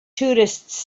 tourists